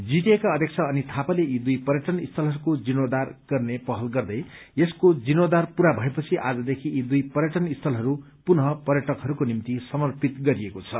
जीटीएका अध्यक्ष अनित थापाले यी दुइ पर्यटन स्थलहरूको जिर्णोद्वार गर्ने पहल गर्दै यसको जिर्णोद्वार पूरा भए पछि आजदेखि यी दुइ पर्यटन स्थलहरू पुनः पर्यटकहरूको निमित समर्पित गरिएको छ